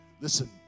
Listen